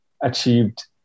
achieved